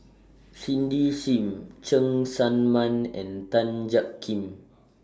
Cindy SIM Cheng Tsang Man and Tan Jiak Kim